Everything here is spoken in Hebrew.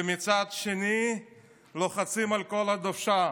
ומצד שני לוחצים על כל הדוושה